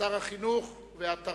שר החינוך.